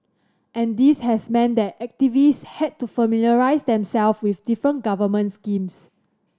and this has meant that activists had to familiarise them self with different government schemes